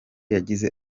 yagize